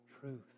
truth